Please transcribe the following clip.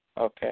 Okay